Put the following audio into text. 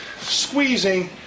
squeezing